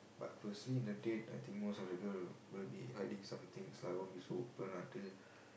but firstly in a date I think most of the girl will be hiding some things lah won't be so open until